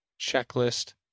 checklist